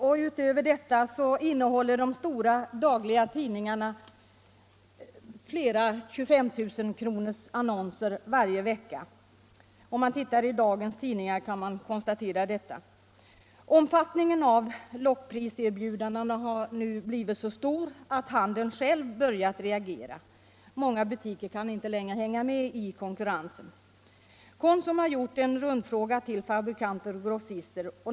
Därutöver innehåller de stora dagliga tidningarna varje vecka flera 25 000-kronorsannonser om lockpriser. Det är lätt att konstatera om man tittar i dagens tidningar. Omfattningen av lockpriserbjudandena har nu blivit så stor att handeln själv börjat reagera. Många butiker kan inte längre hänga med i konkurrensen. Konsum har gjort en rundfråga till fabrikanter och grossister.